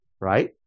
right